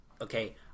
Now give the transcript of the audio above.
okay